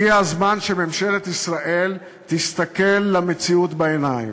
הגיע הזמן שממשלת ישראל תסתכל למציאות בעיניים.